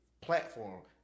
platform